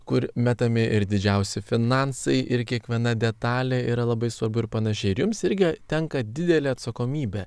kur metami ir didžiausi finansai ir kiekviena detalė yra labai svarbu ir panašiai ir jums irgi tenka didelė atsakomybė